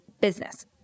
business